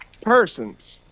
persons